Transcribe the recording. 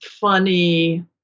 funny